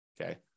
okay